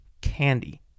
candy